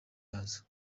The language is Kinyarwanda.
yazo